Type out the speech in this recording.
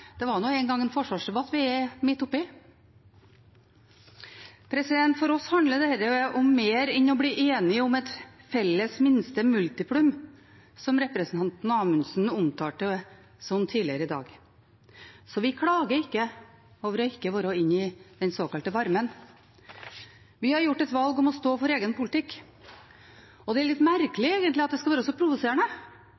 det er nå engang en forsvarsdebatt vi er midt oppi. For oss handler dette om mer enn å bli enige om et felles minste multiplum, som representanten Amundsen omtalte det som tidligere i dag. Vi klager ikke over ikke å være inne i den såkalte varmen. Vi har gjort et valg om å stå for vår egen politikk. Det er litt